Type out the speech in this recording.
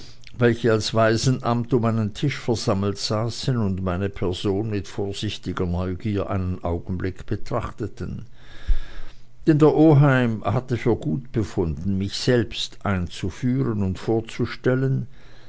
welche als waisenamt um einen tisch versammelt saßen und meine person mit vorsichtiger neugier einen augenblick betrachteten denn der oheim hatte für gut gefunden mich selbst einzuführen und vorzustellen